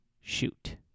shoot